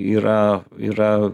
yra yra